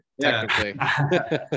technically